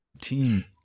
Team